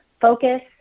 focus